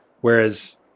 Whereas